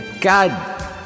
god